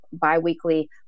bi-weekly